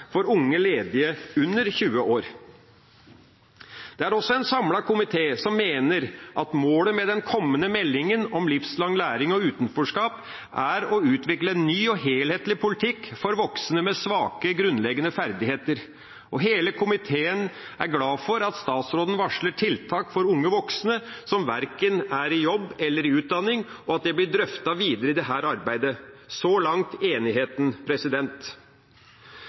for unge ledige under 20 år. Det er også en samlet komité som mener at målet med den kommende meldingen om livslang læring og utenforskap er å utvikle en ny og helhetlig politikk for voksne med svake grunnleggende ferdigheter. Hele komiteen er glad for at statsråden varsler at tiltak for unge voksne som verken er i jobb eller i utdanning, vil bli drøftet videre i dette arbeidet. Så langt enigheten.